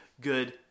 good